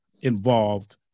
involved